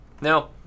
Now